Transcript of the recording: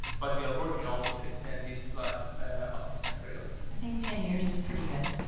but we are working also to extend this life of this material. i think ten years is pretty good.